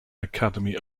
academy